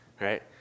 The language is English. right